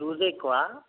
లూజే ఎక్కువ